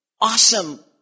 awesome